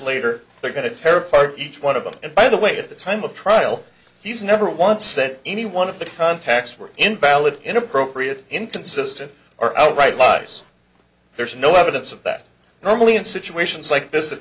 later they're going to tear apart each one of them and by the way at the time of trial he's never once said any one of the contacts were invalid inappropriate into the system or outright lies there's no evidence of that normally in situations like this i